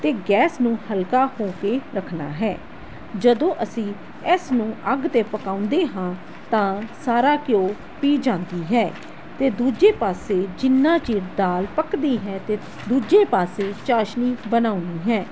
ਅਤੇ ਗੈਸ ਨੂੰ ਹਲਕਾ ਹੋ ਕੇ ਰੱਖਣਾ ਹੈ ਜਦੋਂ ਅਸੀਂ ਇਸ ਨੂੰ ਅੱਗ 'ਤੇ ਪਕਾਉਂਦੇ ਹਾਂ ਤਾਂ ਸਾਰਾ ਘਿਓ ਪੀ ਜਾਂਦੀ ਹੈ ਅਤੇ ਦੂਜੇ ਪਾਸੇ ਜਿੰਨਾ ਚਿਰ ਦਾਲ ਪੱਕਦੀ ਹੈ ਤਾਂ ਦੂਜੇ ਪਾਸੇ ਚਾਸ਼ਨੀ ਬਣਾਉਣੀ ਹੈ